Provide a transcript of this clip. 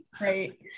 Right